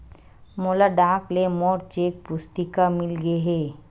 मोला डाक ले मोर चेक पुस्तिका मिल गे हे